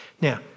Now